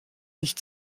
nicht